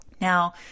Now